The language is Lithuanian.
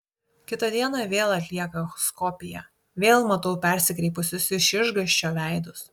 kitą dieną vėl atlieka echoskopiją vėl matau persikreipusius iš išgąsčio veidus